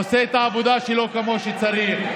עושה את העבודה שלו כמו שצריך.